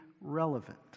relevant